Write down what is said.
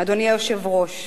אדוני היושב-ראש,